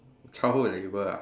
childhood labour ah